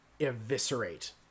eviscerate